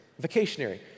Vacationary